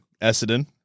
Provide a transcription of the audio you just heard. Essendon